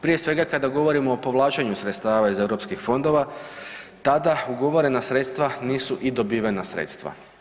Prije svega kada govorimo o povlačenju sredstava iz EU fondova tada ugovorena sredstva nisu i dobivena sredstva.